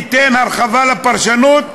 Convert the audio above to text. ניתן הרחבה לפרשנות,